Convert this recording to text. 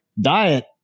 diet